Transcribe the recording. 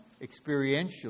experientially